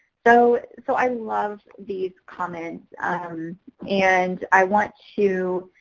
so so i love these comments um and i want to